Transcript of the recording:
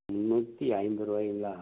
முந்நூற்றி ஐம்பதுருவாய்ங்களா